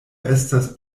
estas